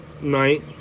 night